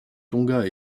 tonga